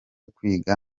kwiga